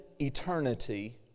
eternity